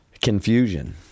confusion